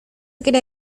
quiere